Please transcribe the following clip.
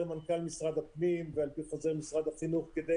מנכ"ל משרד הפנים ועל פי חוזר מנכ"ל משרד החינוך כדי